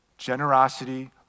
generosity